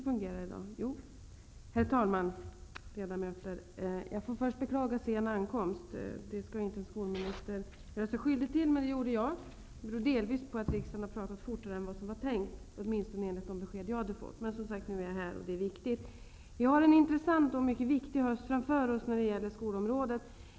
Herr talman, ledamöter! Jag får först beklaga sen ankomst. Det skall inte en skolminister göra sig skyldig till, men det gjorde jag. Det beror delvis på att riksdagen har pratat fortare än vad som var tänkt, åtminstone enligt de besked jag hade fått. Men nu är jag här. Vi har en intressant och mycket viktig höst framför oss när det gäller skolområdet.